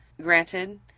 granted